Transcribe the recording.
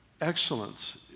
excellence